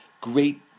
great